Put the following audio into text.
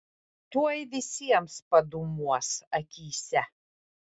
tuoj visiems padūmuos akyse